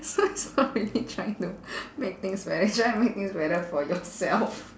so it's not really trying to make things better you're trying to make things better for yourself